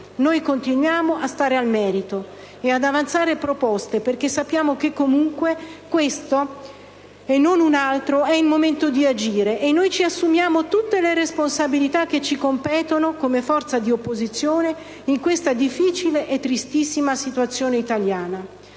noi continuiamo a badare al merito e ad avanzare proposte, perché sappiamo che comunque è questo - e non un altro - il momento di agire e ci assumiamo tutte le responsabilità che ci competono come forza di opposizione in questa difficile e tristissima situazione italiana.